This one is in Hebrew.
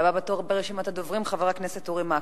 הבא בתור ברשימת הדוברים, חבר הכנסת אורי מקלב,